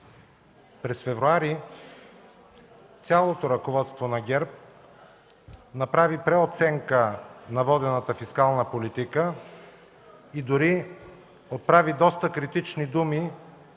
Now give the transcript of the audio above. През февруари цялото ръководство на ГЕРБ направи преоценка на водената фискална политика и дори отправи доста критични думи,